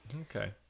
Okay